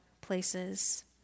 places